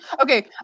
okay